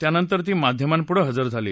त्यानंतर ती माध्यमांपुढं हजर झाली